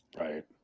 Right